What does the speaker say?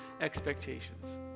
expectations